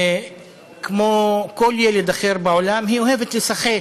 כמו כל ילד אחר בעולם, היא אוהבת לשחק,